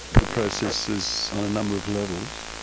the process is on a number of levels,